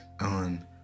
on